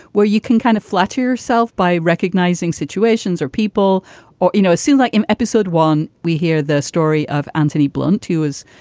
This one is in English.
well, you can kind of flatter yourself by recognizing situations or people or, you know, a scene like in episode one, we hear the story of anthony blunt, who is,